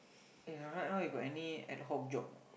eh right now you got any ad hoc job or not